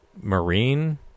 marine